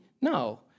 No